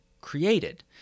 created